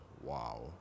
wow